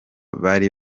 bari